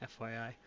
FYI